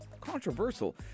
controversial